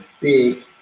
big